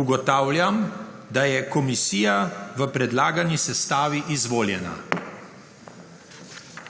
Ugotavljam, da je komisija v predlagani sestavi izvoljena.